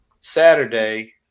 Saturday